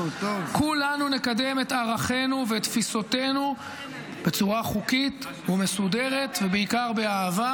כולנו נקדם את ערכינו ואת תפיסותינו בצורה חוקית ומסודרת ובעיקר באהבה,